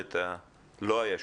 לא.